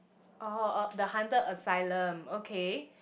oh the haunted asylum okay